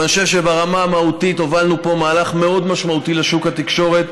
אבל אני חושב שברמה המהותית הובלנו פה מהלך מאוד משמעותי לשוק התקשורת,